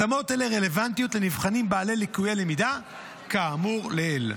התאמות אלה רלוונטיות לנבחנים בעלי ליקויי למידה כאמור לעיל,